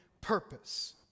purpose